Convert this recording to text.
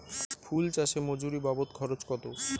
ফুল চাষে মজুরি বাবদ খরচ কত?